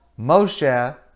Moshe